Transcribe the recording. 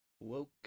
Woke